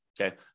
okay